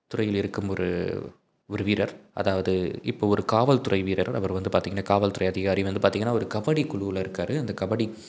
துறையில் இருக்கும் ஒரு ஒரு வீரர் அதாவது இப்போ ஒரு காவல்துறை வீரர் அவர் வந்து பார்த்திங்கன்னா காவல்துறை அதிகாரி வந்து பார்த்திங்கன்னா ஒரு கபடி குழுவுல இருக்கார் அந்த கபடி